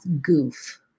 goof